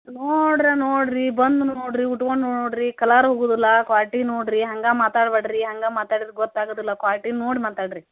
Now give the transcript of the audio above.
ನೋಡ್ರಿ ನೋಡಿರಿ ಬಂದು ನೋಡಿರಿ ಉಟ್ಕೊಂಡು ನೋಡಿರಿ ಕಲರ್ ಹೋಗೊದಿಲ್ಲ ಕ್ವಾಲ್ಟಿ ನೋಡಿರಿ ಹಂಗೆ ಮಾತಾಡ್ಬೇಡಿರಿ ಹಂಗ ಮಾತಾಡಿದ್ರೆ ಗೊತ್ತಾಗೊದಿಲ್ಲ ಕ್ವಾಲ್ಟಿನ ನೋಡಿ ಮಾತಾಡಿರಿ